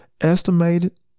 estimated